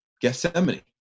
Gethsemane